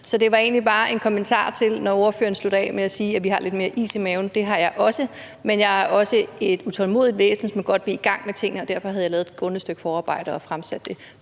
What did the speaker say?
Så det var egentlig bare en kommentar til det, når ordføreren slutter af med at sige, at de har lidt mere is i maven: Det har jeg også. Men jeg er også et utålmodigt væsen, som godt vil i gang med tingene, og derfor havde jeg lavet grundigt stykke forarbejde og fremsat